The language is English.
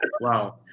Wow